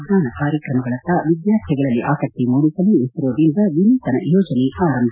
ಬಾಹ್ಕಾಕಾಶ ವಿಜ್ಞಾನ ಕಾರ್ಯಕ್ರಮಗಳತ್ತ ವಿದ್ಯಾರ್ಥಿಗಳಲ್ಲಿ ಆಸಕ್ತಿ ಮೂಡಿಸಲು ಇಸ್ತೋದಿಂದ ವಿನೂತನ ಯೋಜನೆ ಆರಂಭ